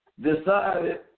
Decided